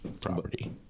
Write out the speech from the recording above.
property